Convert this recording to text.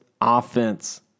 offense